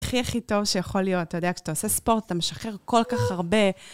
הכי הכי טוב שיכול להיות, אתה יודע, כשאתה עושה ספורט, אתה משחרר כל כך הרבה.